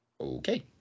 Okay